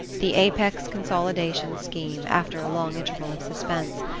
the apex consolidation scheme, after a long interval of suspense,